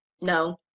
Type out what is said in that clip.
No